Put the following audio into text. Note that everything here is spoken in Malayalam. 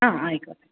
ആ ആയിക്കോട്ടെ